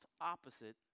opposite